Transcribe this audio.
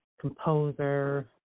composer